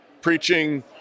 preaching